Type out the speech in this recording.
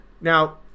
Now